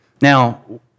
Now